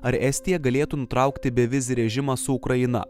ar estija galėtų nutraukti bevizį režimą su ukraina